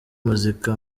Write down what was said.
muzika